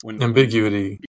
Ambiguity